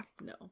No